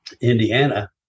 Indiana